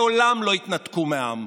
מעולם לא התנתקו מהעם.